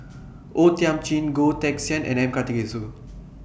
O Thiam Chin Goh Teck Sian and M Karthigesu